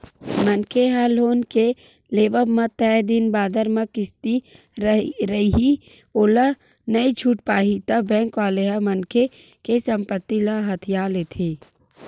मनखे ह लोन के लेवब म तय दिन बादर म किस्ती रइही ओला नइ छूट पाही ता बेंक वाले ह मनखे के संपत्ति ल हथिया लेथे